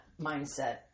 mindset